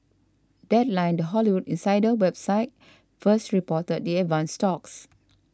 deadline the Hollywood insider website first reported the advanced talks